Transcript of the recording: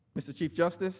mr. chief justice.